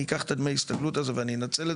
אני אקח את דמי ההסתגלות האלה ואני אנצל את